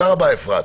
תודה רבה, אפרת.